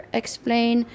explain